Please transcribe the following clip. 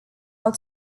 out